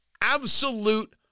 Absolute